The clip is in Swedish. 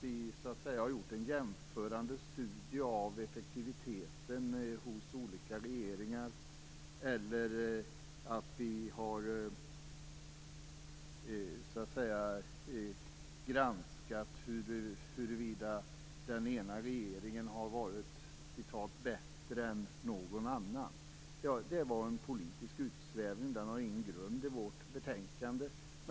Vi har varken gjort någon jämförande studie över effektiviteten hos olika regeringar eller granskat huruvida den ena regeringen har varit "bättre än någon annan". Det var en politisk utsvävning som inte har någon grund i vårt betänkande.